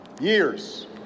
years